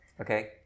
Okay